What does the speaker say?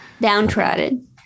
downtrodden